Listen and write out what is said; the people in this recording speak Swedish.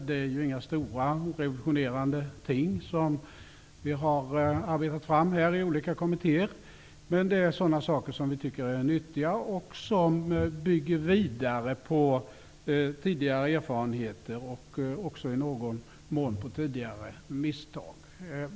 Det är inga stora, revulotionerande ting som vi har arbetat fram i olika kommittéer. Men det är sådana saker som vi tycker är nyttiga och som bygger vidare på tidigare erfarenheter och också i någon mån på tidigare misstag.